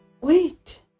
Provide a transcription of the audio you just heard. Wait